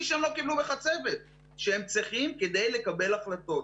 שהם לא קיבלו בחצבת - שהם צריכים כדי לקבל החלטות?